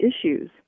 issues